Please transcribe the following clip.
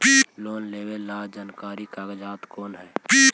Loan लेब ला जरूरी कागजात कोन है?